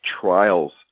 trials